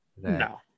No